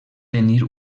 tenir